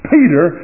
Peter